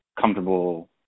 comfortable